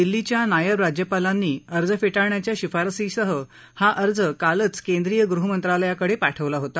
दिल्लीच्या नायब राज्यपालांनी अर्ज फेठाळण्याच्या शिफारशीसह हा अर्ज कालच केंद्रीय गृहमंत्रालयाकडे पाठवला होता